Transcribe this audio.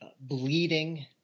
bleeding